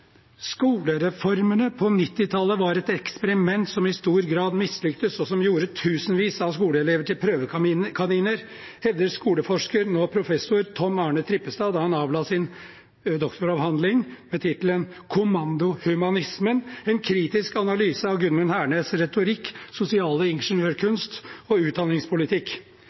på 1990-tallet var et eksperiment som i stor grad mislyktes, og gjorde tusenvis av skoleelever til prøvekaniner», hevdet skoleforsker, nå professor, Tom Arne Trippestad da han avla sin doktoravhandling med tittelen Kommandohumanismen, en kritisk analyse av Gudmund Hernes’ retorikk, sosiale ingeniørkunst og utdanningspolitikk. «Vi mistet tiår med muligheter til systematisk og